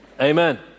Amen